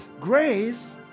Grace